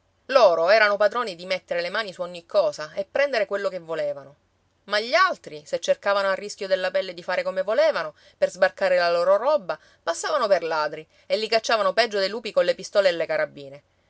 loro erano padroni di mettere le mani su ogni cosa e prendere quello che volevano ma gli altri se cercavano a rischio della pelle di fare come volevano per sbarcare la loro roba passavano per ladri e li cacciavano peggio dei lupi colle pistole e le carabine